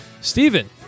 Stephen